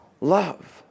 love